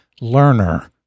learner